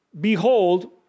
behold